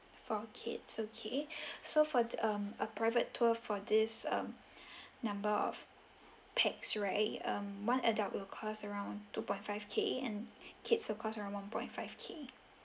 for kids okay so for um a private tour for this um number of pax right um one adult will cost around two point five K and kids will cost around one point five K